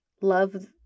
love